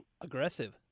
aggressive